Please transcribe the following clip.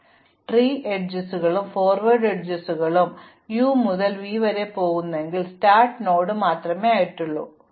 അതിനാൽ ട്രീ അരികുകൾക്കും ഫോർവേഡ് അരികുകൾക്കും ഞാൻ യു മുതൽ വി വരെ പോകുന്നുവെങ്കിൽ സ്റ്റാർട്ട് നോഡു യുമായുള്ള ഇടവേളയിൽ മറ്റൊന്ന് അടങ്ങിയിരിക്കും